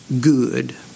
good